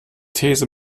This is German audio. these